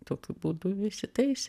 tokiu būdu įsitaisė